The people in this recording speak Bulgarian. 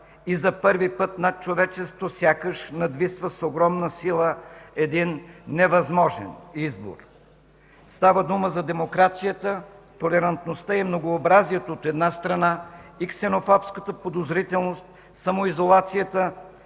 И за първи път над човечеството сякаш надвисва с огромна сила един невъзможен избор. Става дума за демокрацията, толерантността и многообразието, от една страна, и ксенофобската подозрителност, самоизолацията